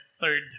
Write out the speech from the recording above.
third